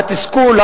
התסכול,